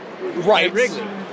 Right